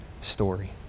story